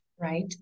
right